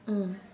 mm